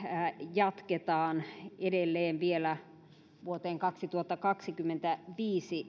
jatketaan edelleen vielä vuoteen kaksituhattakaksikymmentäviisi